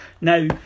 Now